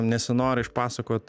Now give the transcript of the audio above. nesinori išpasakot